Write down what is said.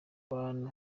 bantu